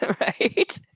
Right